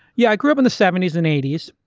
yeah, i grew up in the seventy s and eighty s,